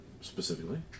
specifically